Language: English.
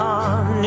on